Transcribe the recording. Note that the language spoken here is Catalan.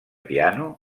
piano